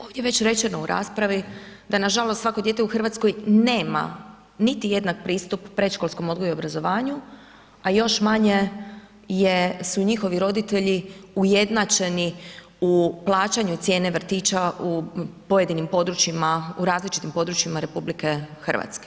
Ovdje je već rečeno u raspravi da nažalost svako dijete u Hrvatskoj nema niti jednak pristup predškolskom odgoju i obrazovanju, a još manje je, su njihovi roditelji ujednačenu plaćanju cijene vrtića u pojedinim područjima, u različitim područjima RH.